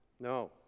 no